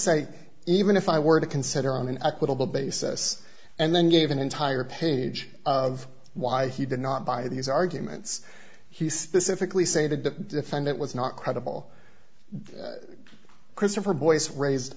say even if i were to consider on an equitable basis and then gave an entire page of why he did not buy these arguments he specifically stated the defendant was not credible christopher boyce raised